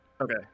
Okay